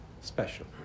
special